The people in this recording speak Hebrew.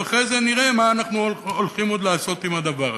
ואחרי זה נראה מה אנחנו הולכים לעשות עם הדבר הזה.